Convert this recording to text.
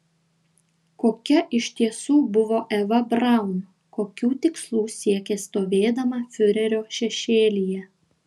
kokia iš tiesų buvo eva braun kokių tikslų siekė stovėdama fiurerio šešėlyje